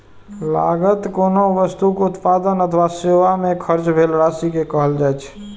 लागत कोनो वस्तुक उत्पादन अथवा सेवा मे खर्च भेल राशि कें कहल जाइ छै